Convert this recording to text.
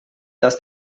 dass